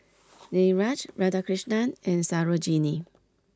Niraj Radhakrishnan and Sarojini